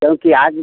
क्योंकि आज